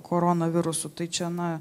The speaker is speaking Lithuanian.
koronavirusu tai čia na